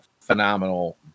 phenomenal